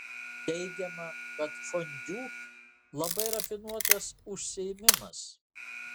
teigiama kad fondiu labai rafinuotas užsiėmimas